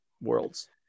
worlds